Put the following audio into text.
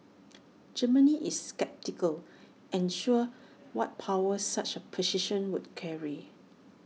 Germany is sceptical unsure what powers such A position would carry